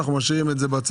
אנחנו משאירים את זה בצד.